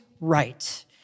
right